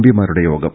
പിമാരുടെ യോഗം